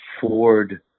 Ford